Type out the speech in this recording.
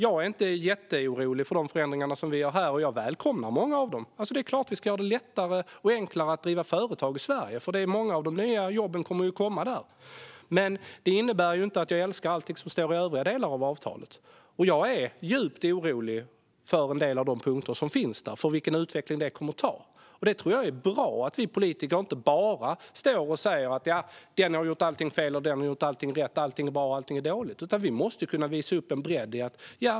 Jag är inte jätteorolig för de förändringar som vi gör där, och jag välkomnar många av dem. Det är klart att vi ska göra det enklare att driva företag i Sverige, för många av de nya jobben kommer ju där. Men det innebär inte att jag älskar allting som står i övriga delar av avtalet. Och jag är djupt orolig över en del av de punkter som finns där och vilken utveckling de kommer att leda till. Jag tror att det är bra att vi politiker inte bara står och säger att den har gjort allting fel men den har gjort allting rätt, att allting är bra eller att allting är dåligt, utan vi måste kunna visa upp en bredd.